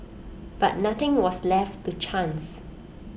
but nothing was left to chance